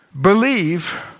believe